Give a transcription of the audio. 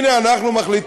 הנה, אנחנו מחליטים.